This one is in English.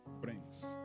brings